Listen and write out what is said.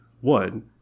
One